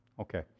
Okay